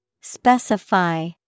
Specify